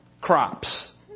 crops